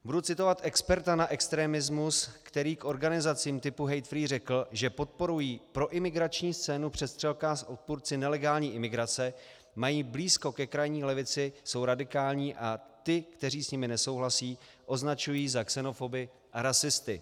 Budu citovat experta na extremismus, který k organizacím typu HateFree řekl, že podporují proimigrační scénu v přestřelkách s odpůrci nelegální imigrace, mají blízko ke krajní levici, jsou radikální a ty, kteří s nimi nesouhlasí, označují za xenofoby a rasisty.